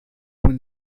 and